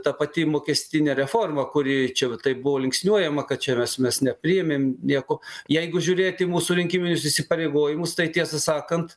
ta pati mokestinė reforma kuri čia va taip buvo linksniuojama kad čia mes mes nepriėmėm nieko jeigu žiūrėt į mūsų rinkiminius įsipareigojimus tai tiesą sakant